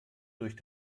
durch